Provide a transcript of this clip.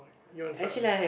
you want to start ah